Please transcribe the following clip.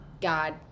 God